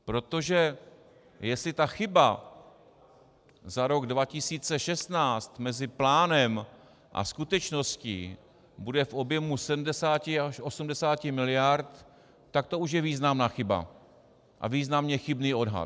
Protože jestli ta chyba za rok 2016 mezi plánem a skutečností bude v objemu 70 až 80 miliard, tak to už je významná chyba a významně chybný odhad.